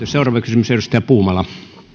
seuraava kysymys edustaja puumala